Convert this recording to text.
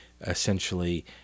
essentially